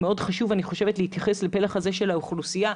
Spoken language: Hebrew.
מאוד חשוב להתייחס לפלח הזה של האוכלוסייה.